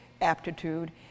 aptitude